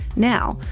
now,